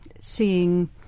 seeing